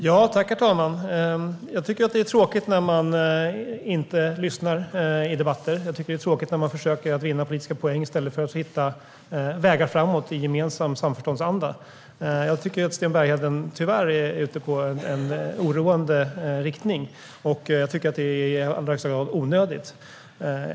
Herr talman! Jag tycker att det är tråkigt när man inte lyssnar i debatter. Jag tycker att det är tråkigt när man försöker att vinna politiska poäng i stället för att hitta vägar framåt i gemensam samförståndsanda. Jag tycker att Sten Bergheden, tyvärr, går i en oroande riktning och att detta i allra högsta grad är onödigt.